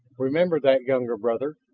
remember that, younger brother.